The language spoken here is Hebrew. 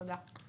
תודה.